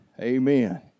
Amen